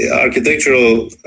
architectural